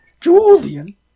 Julian